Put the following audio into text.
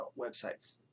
websites